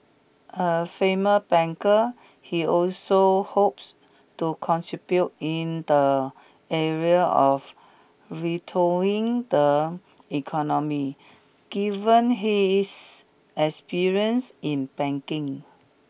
a famer banker he also hopes to contribute in the area of retooling the economy given his experience in banking